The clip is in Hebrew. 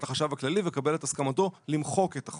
לחשב הכללי ולקבל את הסכמתו למחוק את החוב.